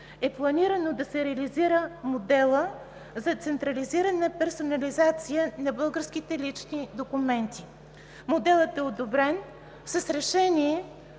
е планирано да се реализира Моделът за централизирана персонализация на българските лични документи. Моделът е одобрен с решение